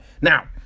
Now